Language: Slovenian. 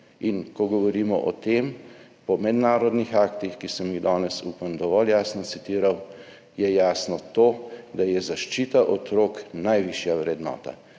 In ko govorimo o tem, po mednarodnih aktih, ki sem jih danes, upam, dovolj jasno citiral, je jasno to, da je zaščita otrok najvišja vrednota.